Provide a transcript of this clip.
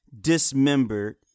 dismembered